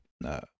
no